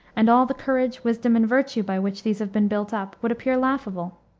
and all the courage, wisdom, and virtue by which these have been built up, would appear laughable.